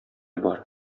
бар